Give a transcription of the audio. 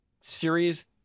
series